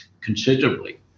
considerably